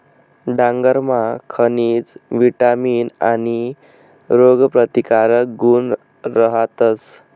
डांगरमा खनिज, विटामीन आणि रोगप्रतिकारक गुण रहातस